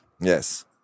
Yes